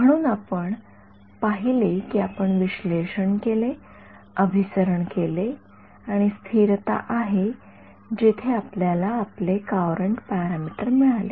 म्हणून आपण पाहिले की आपण विश्लेषण केले अभिसरण केले आणि स्थिरता आहे जिथे आपल्याला आपले कॉऊरंट पॅरामीटर मिळाले